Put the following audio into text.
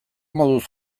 moduz